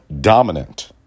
dominant